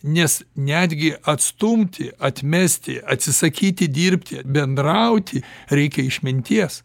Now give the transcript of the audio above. nes netgi atstumti atmesti atsisakyti dirbti bendrauti reikia išminties